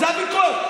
זה הוויכוח?